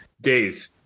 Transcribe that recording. days